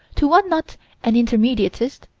to one not an intermediatist,